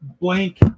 blank